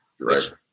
Right